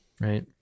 right